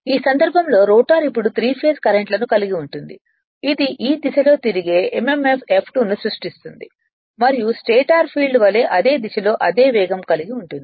ఈ సందర్భంలో రోటర్ ఇప్పుడు త్రీ ఫేస్ కరెంట్లను కలిగి ఉంటుంది ఇది ఈ దిశలో తిరిగే emf F2 ను సృష్టిస్తుంది మరియు స్టేటర్ ఫీల్డ్ వలే అదే దిశలో అదే వేగం కలిగి ఉంటుంది